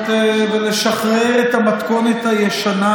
ולשחרר את המתכונת הישנה